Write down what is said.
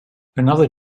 another